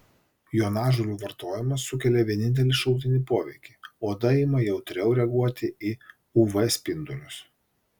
jonažolių vartojimas sukelia vienintelį šalutinį poveikį oda ima jautriau reaguoti į uv spindulius